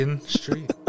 Street